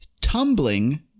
Tumbling